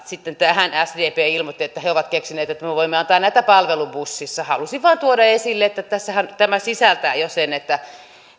sitten tähän sdp ilmoitti että he ovat keksineet että me voimme antaa näitä palvelubussissa halusin vain tuoda esille että tässähän tämä sisältää jo sen että